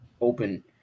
open